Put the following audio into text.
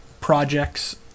projects